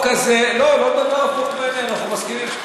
לא, הוא לא מדבר הפוך ממני, אנחנו מסכימים.